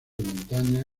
montaña